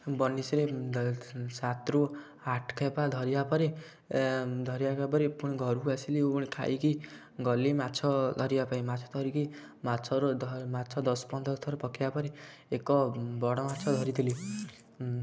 ବନିଶୀରେ ସାତରୁ ଆଠ ଖେପା ଧରିବା ପରେ ଧରି ପରେ ପୁଣି ଘରକୁ ଆସିଲି ପୁଣି ଖାଇକି ଗଲି ମାଛ ଧରିବାପାଇଁ ମାଛ ଧରିକି ମାଛରୁ ମାଛ ଦଶ ପନ୍ଦର ଥର ପକାଇବାପରେ ଏକ ବଡ଼ ମାଛ ଧରିଥିଲି